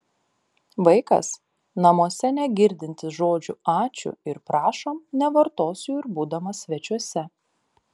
vaikas namuose negirdintis žodžių ačiū ir prašom nevartos jų ir būdamas svečiuose